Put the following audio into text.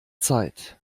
zeit